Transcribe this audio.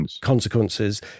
consequences